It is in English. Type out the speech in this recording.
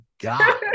god